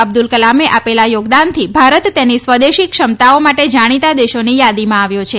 અબ્દુલ કલામે આપેલા યોગદાનથી ભારત તેની સ્વદેશી ક્ષમતાઓ માટે જાણીતા દેશોની યાદીમાં આવ્યો છે